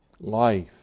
Life